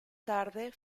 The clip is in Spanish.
tarde